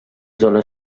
zona